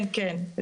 כן, כן.